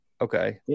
Okay